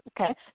okay